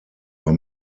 war